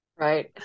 Right